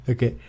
Okay